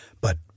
but